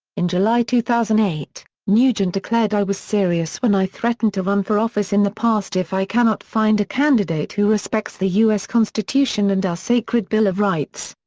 in july two thousand and eight, nugent declared i was serious when i threatened to run for office in the past if i cannot find a candidate who respects the u s. constitution and our sacred bill of rights.